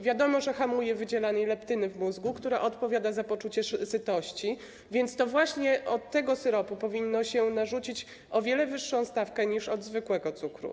Wiadomo, że hamuje wydzielanie leptyny w mózgu, która odpowiada za poczucie sytości, a więc to właśnie od tego syropu powinno się narzucić o wiele wyższą stawkę niż od zwykłego cukru.